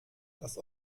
das